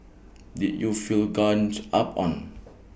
did you feel gangs up on